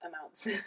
amounts